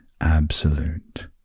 absolute